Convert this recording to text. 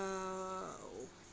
~(uh)